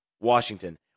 Washington